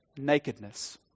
nakedness